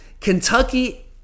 Kentucky